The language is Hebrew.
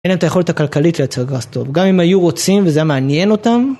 אין את היכולת הכלכלית לייצר גראס טוב, גם אם היו רוצים וזה היה מעניין אותם.